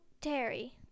Terry